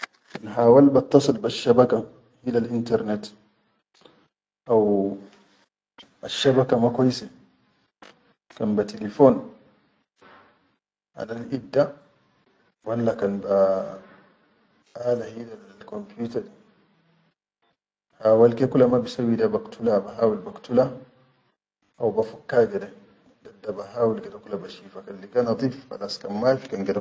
Kan hawal battasil besshabaka hilal (internert) haw asshabaka ma kwaise kan be tilifon hanaleid da walla kan be aala hilal komputa di kan hawal ke kula ma bisawwi lai baktula bahawil baktula haw bafukka gide, dadda bahawil gide kula bashifa kan liga nadif khalas kan.